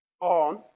on